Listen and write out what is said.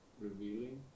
Revealing